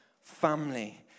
family